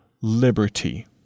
liberty